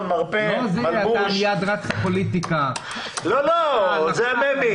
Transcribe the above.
לתקנות הגבלת פעילות, ואת ההוראות